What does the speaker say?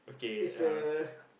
is uh